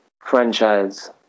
franchise